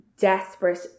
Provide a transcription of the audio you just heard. desperate